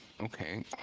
okay